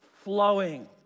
flowing